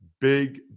Big